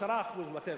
10% whatever.